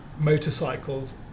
Motorcycles